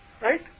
Right